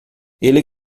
ele